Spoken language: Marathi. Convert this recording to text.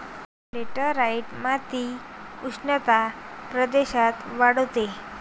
लॅटराइट माती उष्ण प्रदेशात आढळते